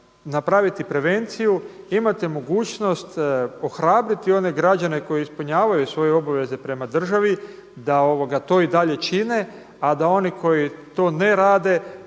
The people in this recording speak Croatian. prevenciju, imate mogućnost ohrabriti one građane koji ispunjavaju svoje obaveze prema državi da to i dalje čine a da oni koji to ne rade